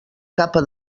capa